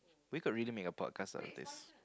we could really make a podcast out of this